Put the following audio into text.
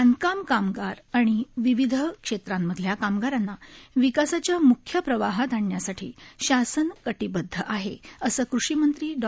बांधकाम कामगार आणि विविध क्षेत्रांमधल्या कामगारांना विकासाच्या मुख्य प्रवाहात आणण्यासाठी शासन कटिबदध आहे असं कृषीमंत्री डॉ